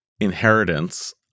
Inheritance